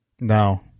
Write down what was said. no